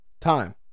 Time